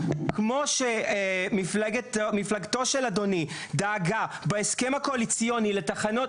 כמו שמפלגתו של אדוני דאגה בהסכם הקואליציוני לתחנות,